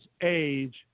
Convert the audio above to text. age